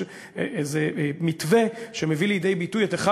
זה מתווה שמביא לידי ביטוי את אחד